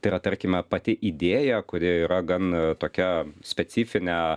tai yra tarkime pati idėja kuri yra gan tokia specifinė